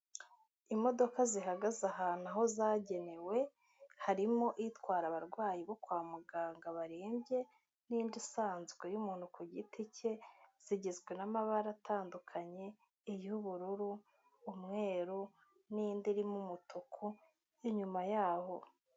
Imodoka zihagaze ahantu aho zagenewe, harimo itwara abarwayi bo kwa muganga barembye n'indi isanzwe y'umuntu ku giti cye, zigizwe n'amabara atandukanye iy'ubururu, umweru n'indi irimo umutuku inyuma yaho.